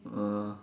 uh